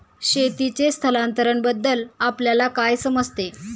शेतीचे स्थलांतरबद्दल आपल्याला काय समजते?